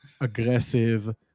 aggressive